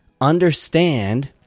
Understand